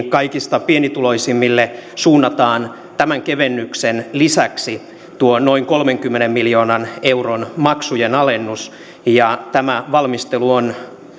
kaikista pienituloisimmille suunnataan tämän kevennyksen lisäksi tuo noin kolmenkymmenen miljoonan euron maksujen alennus tämä valmistelu on